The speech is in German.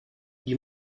die